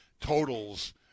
totals